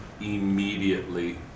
immediately